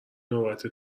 نوبت